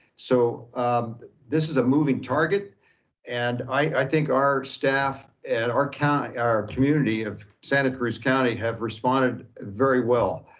so this is a moving target and i think our staff at our county, our community of santa cruz county have responded very well.